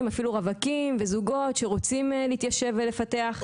ואפילו רווקים וזוגות שרוצים להתיישב ולפתח.